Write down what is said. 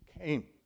came